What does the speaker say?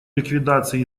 ликвидации